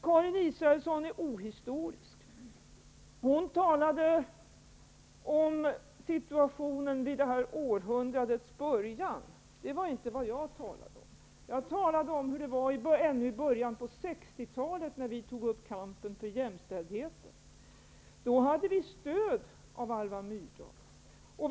Karin Israelsson är ohistorisk. Hon talade om situationen vid det här århundradets början. Det var inte vad jag talade om. Jag talade om hur det var ännu i början av 1960-talet när vi tog upp kampen för jämställdheten. Då hade vi stöd av Alva Myrdal.